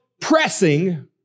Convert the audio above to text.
pressing